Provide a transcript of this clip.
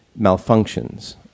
malfunctions